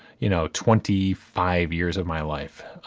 you know, twenty five years of my life.